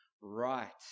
right